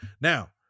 Now